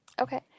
okay